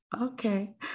Okay